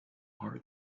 hard